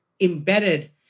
embedded